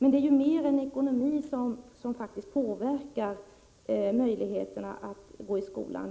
Men det är mer än ekonomi som faktiskt påverkar möjligheterna att gå i skolan.